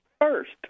first